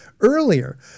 earlier